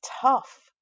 tough